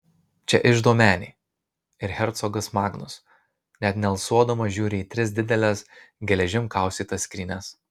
čia iždo menė ir hercogas magnus net nealsuodamas žiūri į tris dideles geležim kaustytas skrynias